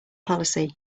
policy